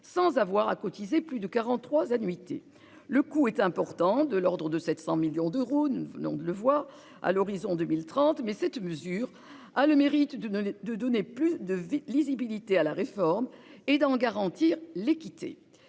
sans avoir à cotiser plus de 43 annuités. Le coût, de l'ordre de 700 millions d'euros à l'horizon de 2030, est important, mais cette mesure a le mérite de donner plus de lisibilité à la réforme et d'en garantir l'équité.